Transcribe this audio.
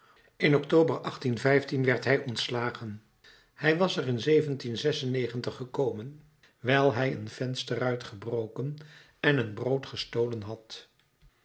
in october werd hij ontslagen hij was er in gekomen wijl hij een vensterruit gebroken en een brood gestolen had